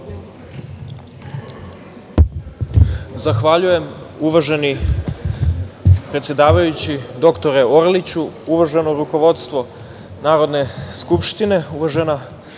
Zahvaljujem. Uvaženi predsedavajući dr Orliću, uvaženo rukovodstvo Narodne skupštine, uvažena